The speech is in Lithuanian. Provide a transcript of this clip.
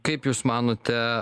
kaip jūs manote